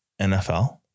NFL